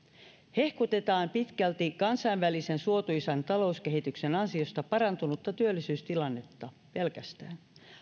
hehkutetaan pitkälti kansainvälisen suotuisan talouskehityksen ansiosta parantunutta työllisyystilannetta pelkästään